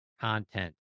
content